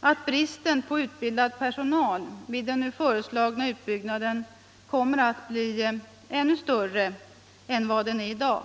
att bristen på utbildad personal vid den nu föreslagna utbyggnaden kommer att bli ännu större än vad den är i dag.